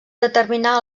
determinar